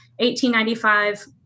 1895